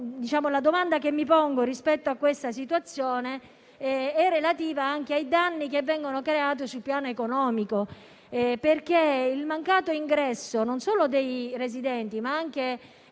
La domanda che mi pongo rispetto a questa situazione è relativa ai danni che si determinano sul piano economico, a causa del mancato ingresso non solo dei residenti, ma anche